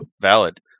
Valid